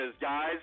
guys